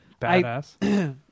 Badass